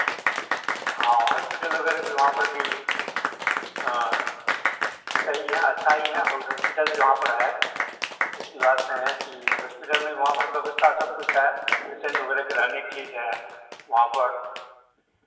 हाँ हॉस्पिटल वगैरह भी वहाँ पर भी सही हैं अच्छा ही हैं हॉस्पिटल भी वहाँ पर है ऐसी बात नहीं है कि हॉस्पिटल में भी वहाँ पर व्यवस्था सब कुछ है पेसेन्ट वगैरह के रहने के लिए जो हैं वहाँ पर